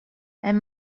hem